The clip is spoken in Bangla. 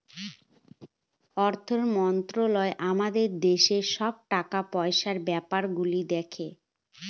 অর্থ মন্ত্রালয় আমাদের দেশের সব টাকা পয়সার ব্যাপার গুলো দেখে